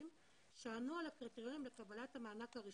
שענו על הקריטריונים לקבלת המענק הראשון.